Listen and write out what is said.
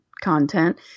content